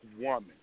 woman